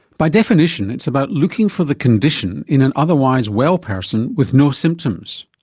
by definition it's about looking for the condition in an otherwise well person with no symptoms.